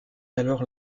alors